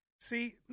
see